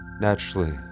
naturally